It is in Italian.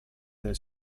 del